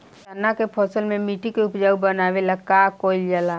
चन्ना के फसल में मिट्टी के उपजाऊ बनावे ला का कइल जाला?